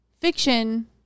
fiction